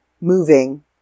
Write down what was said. moving